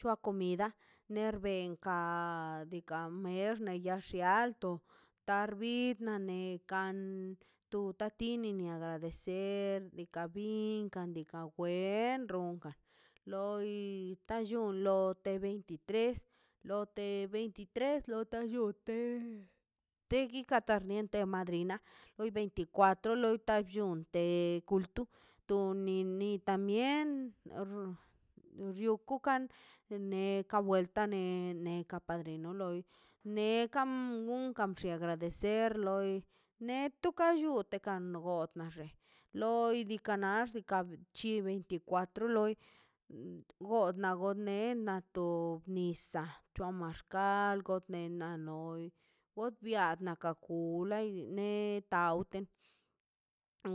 C̱hoa comida ler benkan a dika na mer laxi alto tarbi na neka tu ta tini a de ser deka binkan diikaꞌ wen kan ronka loi ta llonta veintitres lo te veintitres lota llute de ka ki tar madrina veinticuatro loi ta bllon monte kulto toni no tambien rxuo kukan ne ka welta neka ne ne ka padrino loi neka unta agradecer loi neto ka shuta noi ot na xe loi diikaꞌ nax diikaꞌ be chi veinticuatro loi god na got neil a to nisaꞌ chua maxkal a loi bot nia la ka kulne tawnten